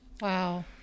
Wow